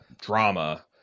drama